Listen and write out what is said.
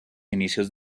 inicios